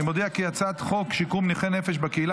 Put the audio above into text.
אני מודיע כי הצעת חוק שיקום נכי נפש בקהילה